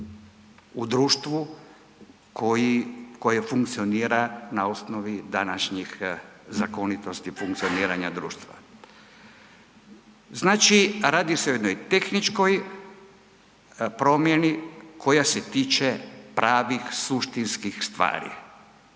u društvu koji, koje funkcionira na osnovi današnjih zakonitosti funkcioniranja društva. Znači, radi se o jednoj tehničkoj promjeni koja se tiče pravih, suštinskih stvari,